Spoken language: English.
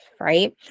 right